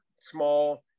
small